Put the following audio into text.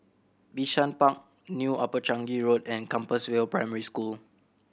Bishan Park New Upper Changi Road and Compassvale Primary School